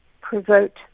provoke